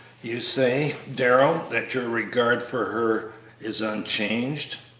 you say, darrell, that your regard for her is unchanged?